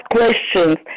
questions